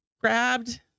grabbed